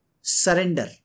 surrender